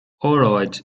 óráid